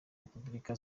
repubulika